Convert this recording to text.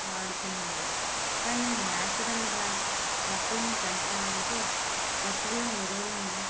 వాడుతున్నారు కానీ నాచురల్గా మొక్కలని పెంచాలంటే పశువుల ఎరువులను